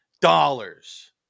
dollars